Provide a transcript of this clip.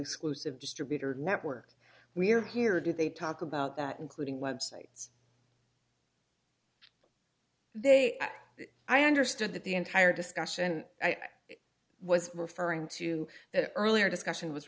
exclusive distributor network we're here do they talk about that including websites they i understood that the entire discussion i was referring to that earlier discussion was